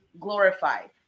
glorified